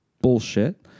bullshit